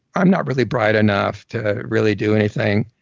i'm not really bright enough to really do anything.